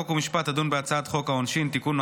חוק ומשפט תדון בהצעת חוק העונשין (תיקון,